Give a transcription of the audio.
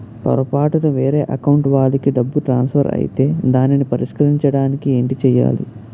పొరపాటున వేరే అకౌంట్ వాలికి డబ్బు ట్రాన్సఫర్ ఐతే దానిని పరిష్కరించడానికి ఏంటి చేయాలి?